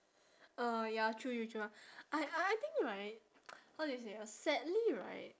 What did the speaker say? oh ya true true true ah I I think right how do you say uh sadly right